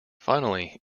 finally